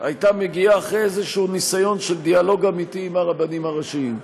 הייתה מגיעה אחרי איזשהו ניסיון לדיאלוג אמיתי עם הרבנים הראשיים.